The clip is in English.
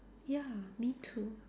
ya me too